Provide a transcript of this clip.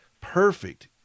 Perfect